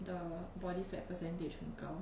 的 body fat percentage 很高